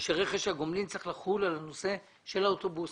שרכש הגומלין צריך לחול על הנושא של האוטובוסים.